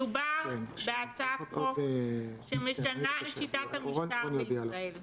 מדובר בהצעת חוק שמשנה את שיטת המשטר בישראל.